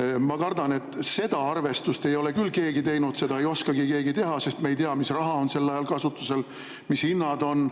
Ma kardan, et seda arvestust ei ole küll keegi teinud. Seda ei oskagi keegi teha, sest me ei tea, mis raha on sel ajal kasutusel, mis hinnad on,